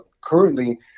currently